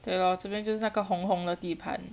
对咯这边就是那个红红的地盘